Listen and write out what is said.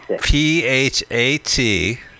P-H-A-T